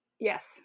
Yes